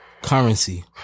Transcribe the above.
Currency